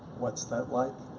what's that like?